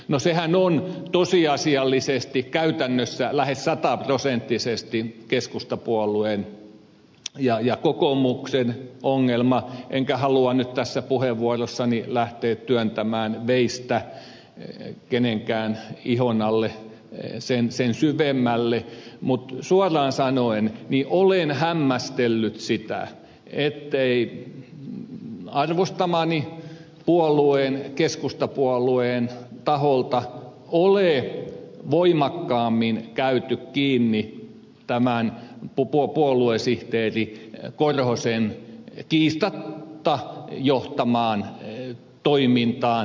no sehän on tosiasiallisesti käytännössä lähes sataprosenttisesti keskustapuolueen ja kokoomuksen ongelma enkä halua nyt tässä puheenvuorossani lähteä työntämään veistä kenenkään ihon alle sen syvemmälle mutta suoraan sanoen olen hämmästellyt sitä ettei arvostamani puolueen keskustapuolueen taholta ole voimakkaammin käyty kiinni tähän puoluesihteeri korhosen kiistatta johtamaan toimintaan